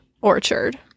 Orchard